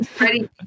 ready